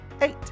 eight